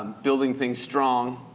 building things strong.